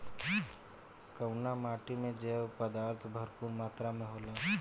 कउना माटी मे जैव पदार्थ भरपूर मात्रा में होला?